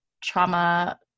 trauma